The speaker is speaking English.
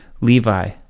Levi